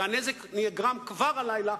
והנזק נגרם כבר הלילה,